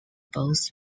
both